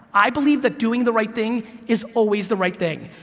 i believe that doing the right thing is always the right thing,